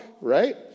right